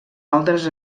altres